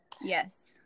Yes